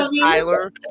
Tyler